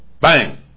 Bang